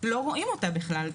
שלא רואים אותה בכלל.